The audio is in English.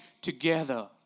together